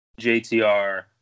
JTR